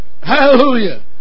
Hallelujah